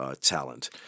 talent